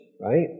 right